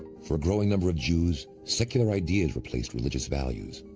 for a growing number of jews, secular ideas replaced religious values,